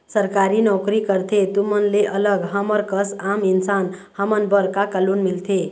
सरकारी नोकरी करथे तुमन ले अलग हमर कस आम इंसान हमन बर का का लोन मिलथे?